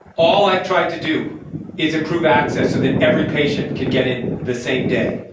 all i tried to do is improve access so that every patient could get in the same day.